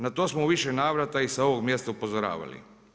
Na to smo i u više navrata sa ovog mjesta upozoravali.